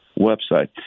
website